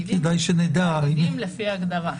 תאגידים לפי ההגדרה.